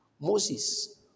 Moses